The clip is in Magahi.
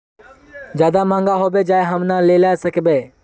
ज्यादा महंगा होबे जाए हम ना लेला सकेबे?